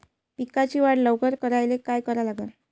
पिकाची वाढ लवकर करायले काय करा लागन?